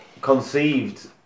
conceived